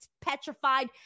petrified